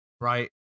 right